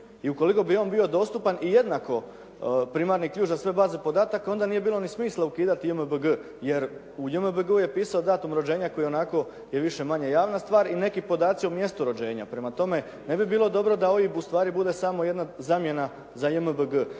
i ukoliko bi on bio dostupan i jednako primarni ključ za sve baze podataka onda nije bilo ni smisla ukidati JMBG jer u JMBG-u je pisao datum rođenja koji ionako je više-manje javna stvar i neki podaci o mjestu rođenja. Prema tome, ne bi bilo dobro da OIB bude ustvari samo jedna zamjena za JMBG.